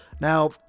now